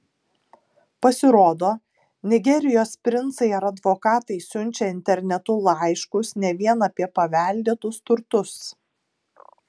pasirodo nigerijos princai ar advokatai siunčia internetu laiškus ne vien apie paveldėtus turtus